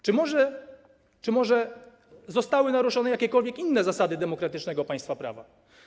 Czy może zostały naruszone jakiekolwiek inne zasady demokratycznego państwa prawa?